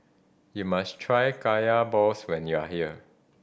you must try Kaya balls when you are here